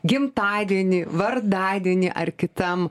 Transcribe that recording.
gimtadienį vardadienį ar kitam